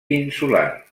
insular